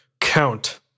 count